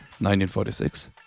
1946